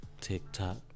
TikTok